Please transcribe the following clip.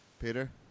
Peter